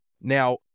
Now